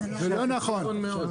לא נכון.